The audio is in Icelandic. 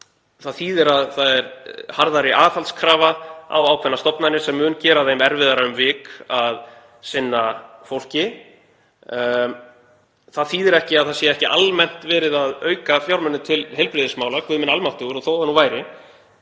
Það þýðir að það er harðari aðhaldskrafa á ákveðnar stofnanir sem mun gera þeim erfiðara um vik að sinna fólki. Það þýðir ekki að það sé ekki almennt verið að auka fjármuni til heilbrigðismála, guð minn almáttugur og þó það nú væri.